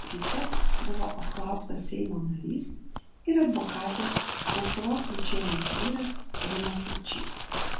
ryte buvo apklaustas seimo narys ir advokatės aušros ručienės vyras rimas ručys